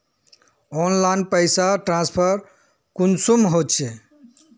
Online पैसा transfer कुंसम होचे?